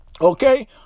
Okay